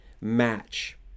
match